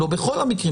לא בכל המקרים.